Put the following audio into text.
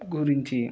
గురించి